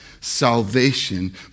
salvation